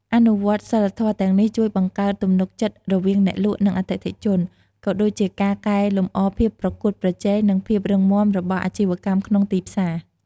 អនុវត្តសីលធម៌ទាំងនេះជួយបង្កើតទំនុកចិត្តរវាងអ្នកលក់ និងអតិថិជន ក៏ដូចជាការកែលម្អភាពប្រកួតប្រជែង និងភាពរឹងមាំរបស់អាជីវកម្មក្នុងទីផ្សារ។